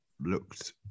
looked